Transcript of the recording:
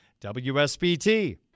WSBT